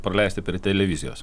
praleisti prie televizijos